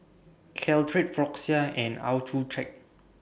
Caltrate Floxia and Accucheck